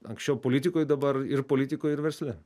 anksčiau politikoj dabar ir politikoj ir versle